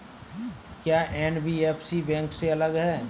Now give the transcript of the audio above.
क्या NBFC bank से अलग है?